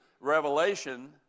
revelation